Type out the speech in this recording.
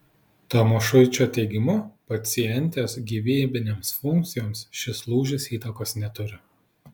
tamošuičio teigimu pacientės gyvybinėms funkcijoms šis lūžis įtakos neturi